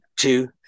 Two